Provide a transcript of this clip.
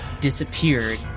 disappeared